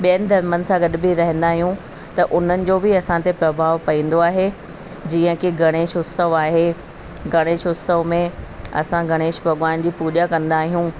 ॿियनि धर्मनि सां गॾु बि रहंदा आहियूं त उन्हनि जो बि असां ते प्रभाव पवंदो आहे जीअं की गणेश उत्सव आहे गणेश उत्सव में असां गणेश भॻवान जी पूॼा कंदा आहियूं